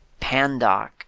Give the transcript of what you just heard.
pandoc